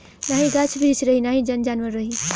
नाही गाछ बिरिछ रही नाही जन जानवर रही